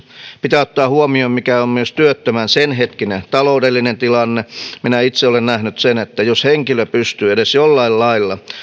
pitää ottaa myös huomioon mikä on työttömän senhetkinen taloudellinen tilanne minä itse olen nähnyt sen että jos henkilö pystyy edes jollain lailla